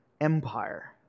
empire